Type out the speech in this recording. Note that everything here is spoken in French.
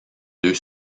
deux